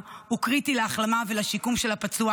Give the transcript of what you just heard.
הוא קריטי להחלמה ולשיקום של הפצוע,